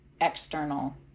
external